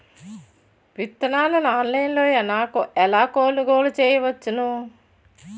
విత్తనాలను ఆన్లైన్లో ఎలా కొనుగోలు చేయవచ్చున?